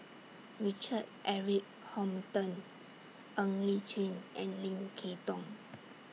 Richard Eric Holttum Ng Li Chin and Lim Kay Tong